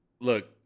look